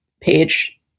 page